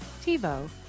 TiVo